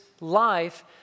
life